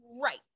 Right